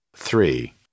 Three